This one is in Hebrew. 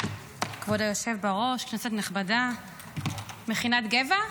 כבוד היושב בראש, כנסת נכבדה, מכינת גבע,